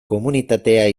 komunitatea